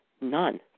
None